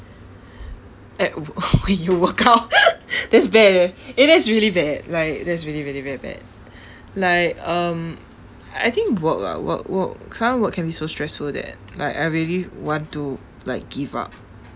at wo~ when you work out that's bad eh it is really bad like that is really really bad bad like um I think work ah work work sometimes work can be so stressful that like I really want to like give up